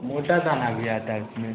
मोटा दाना भी आता है उसमें